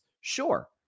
Sure